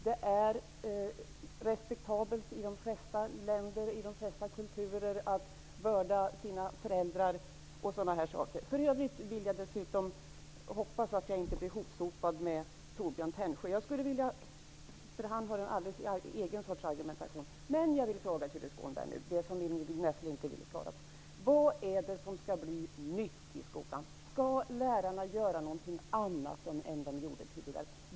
Det är i de flesta länder och kulturer respektabelt att vörda sina föräldrar osv. För övrigt vill jag hoppas att jag inte blir ihopsopad med Torbjörn Tännsjö. Han har en alldeles egen sorts argumentation. Näslund inte ville svara på: Vad är det som skall bli nytt i skolan? Skall lärarna göra någonting annat än de gjorde tidigare?